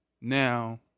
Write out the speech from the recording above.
Now